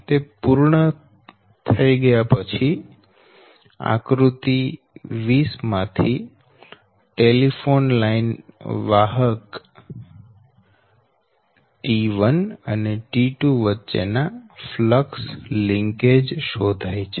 તે પૂર્ણ થયા પછી આકૃતિ 20 માંથી ટેલિફોન લાઈન વાહક T1 અને T2 વચ્ચે ના ફ્લક્સ લિંકેજ શોધાય છે